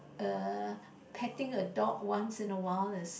err petting a dog once in awhile is